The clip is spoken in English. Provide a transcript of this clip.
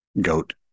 goat